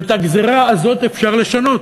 ואת הגזירה הזאת אפשר לשנות.